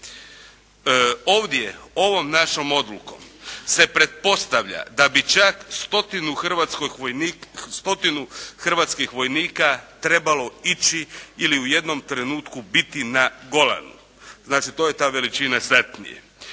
Ovdje, ovom našom odlukom se pretpostavlja da bi čak stotinu hrvatskih vojnika trebalo ići ili u jednom trenutku biti na Golanu, znači to je ta veličina satnije.